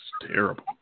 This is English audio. terrible